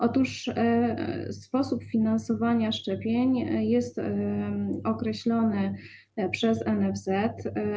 Otóż sposób finansowania szczepień jest określony przez NFZ.